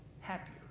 happier